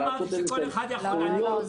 איזשהם --- אני לא אמרתי שכל אחד יכול להיות --- לא,